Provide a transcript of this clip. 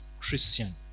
christian